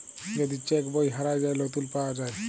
যদি চ্যাক বই হারাঁয় যায়, লতুল পাউয়া যায়